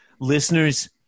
listeners